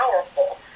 powerful